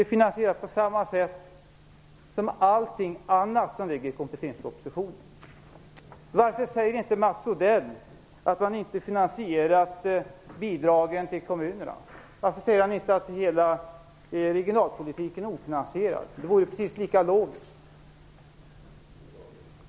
RAS finansieras på samma sätt som allting annat som ingår i kompletteringspropositionen. Varför säger inte Mats Odell att man inte har finansierat bidragen till kommunerna? Varför säger han inte att hela regionalpolitiken är ofinansierad? Det vore precis lika logiskt.